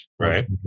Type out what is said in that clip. Right